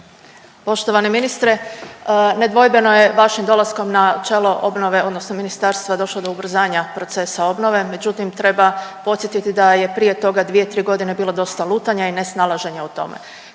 Poštovani ministre, nedvojbeno je vašim dolaskom na čelo obnove odnosno ministarstva došlo do ubrzanja procesa obnove, međutim treba podsjetiti da je prije toga 2, 3 godine bilo dosta lutanja i nesnalaženja u tome.